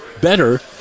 better